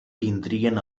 vindrien